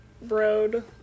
road